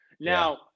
Now